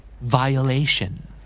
Violation